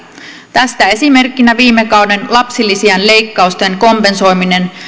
tästä esimerkkinä viime kauden lapsilisien leikkausten kompensoiminen